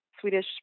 Swedish